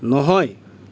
নহয়